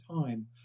time